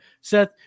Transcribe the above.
Seth